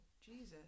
jesus